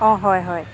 অঁ হয় হয়